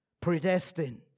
predestined